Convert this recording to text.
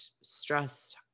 stress